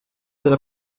degli